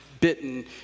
bitten